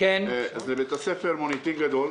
לבית הספר מוניטין גדול.